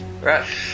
Right